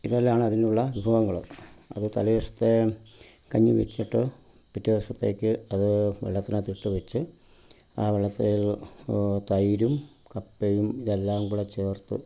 ഇതെല്ലാമാണ് അതിനുള്ള വിഭവങ്ങൾ അത് തലേദിവസത്തെ കഞ്ഞി വെച്ചിട്ട് പിറ്റേ ദിവസത്തേക്ക് അത് വെള്ളത്തിനകത്ത് ഇട്ട് വെച്ച് ആ വെള്ളത്തിലേക്ക് തൈരും കപ്പയും ഇതെല്ലാം കൂടെ ചേർത്ത്